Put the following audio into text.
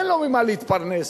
אין לו ממה להתפרנס,